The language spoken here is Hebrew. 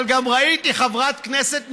אבל גם ראיתי חברת כנסת נכבדה,